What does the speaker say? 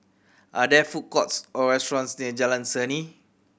are there food courts or restaurants near Jalan Seni